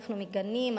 אנחנו מגנים,